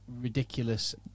ridiculous